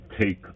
take